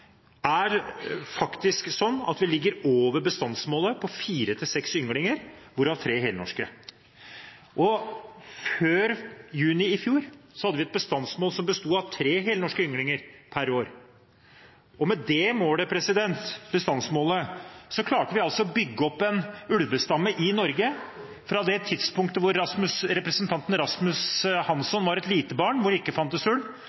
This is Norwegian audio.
vi faktisk over bestandsmålet på fire–seks ynglinger, hvorav tre helnorske. Før juni i fjor hadde vi et bestandsmål på tre helnorske ynglinger per år, og med det bestandsmålet klarte vi altså å bygge opp en ulvestamme i Norge – fra det tidspunktet hvor representanten Rasmus Hansson var et lite barn, hvor det ikke fantes ulv,